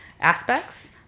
aspects